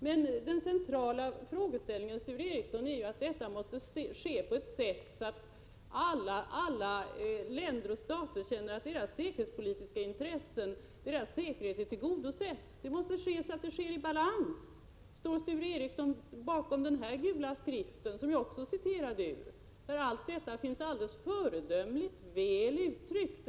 Men den centrala frågeställningen, Sture Ericson, är ju att det måste ske på ett sådant sätt att alla länder och stater känner att deras säkerhetspolitiska intressen — över huvud taget deras säkerhet — är tillgodosedda. Det måste ske så att det blir balans. Står Sture Ericson bakom den gula skriften om nedrustningspolitik som jag citerat ur? Där finns allt detta föredömligt väl uttryckt.